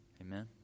amen